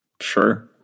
Sure